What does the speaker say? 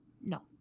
No